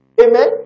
Amen